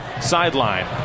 sideline